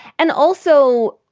and also,